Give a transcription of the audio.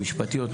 המשפטיות,